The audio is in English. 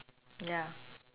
ya